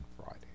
Friday